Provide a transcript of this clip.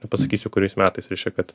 nepasakysiu kuriais metais reiškia kad